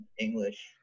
English